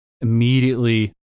immediately